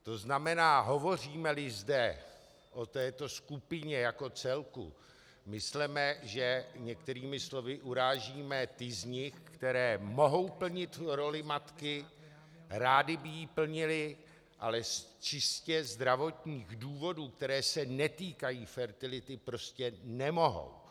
To znamená, hovořímeli zde o této skupině jako celku, mysleme, že některými slovy urážíme ty z nich, které mohou plnit roli matky, rády by ji plnily, ale z čistě zdravotních důvodů, které se netýkají fertility, prostě nemohou.